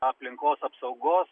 aplinkos apsaugos